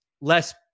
less